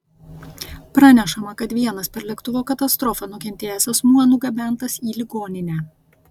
pranešama kad vienas per lėktuvo katastrofą nukentėjęs asmuo nugabentas į ligoninę